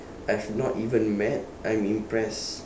I've not even mad I'm impressed